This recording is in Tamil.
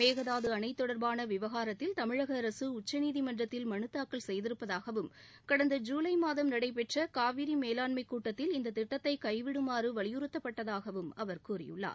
மேகதாது அணை தொடர்பான விவகாரத்தில் தமிழக அரசு உச்சநீதிமன்றத்தில் மனு தாக்கல் செய்திருப்பதாகவும் கடந்த ஜூலை மாதம் நடைபெற்ற காவிரி மேலாண்மைக் கூட்டத்தில் இந்த திட்டத்தை கைவிடுமாறு வலியுறுத்தப்படடதாகவும் அவர் கூறியுள்ளார்